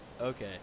Okay